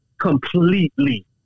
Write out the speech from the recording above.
completely